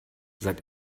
seit